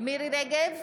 מירי מרים רגב,